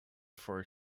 for